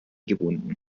gebunden